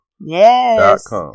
yes